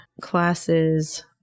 classes